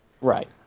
Right